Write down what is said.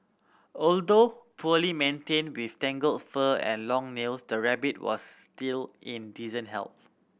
although poorly maintained with tangled fur and long nails the rabbit was still in decent health